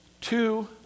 two